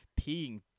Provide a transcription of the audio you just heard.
peeing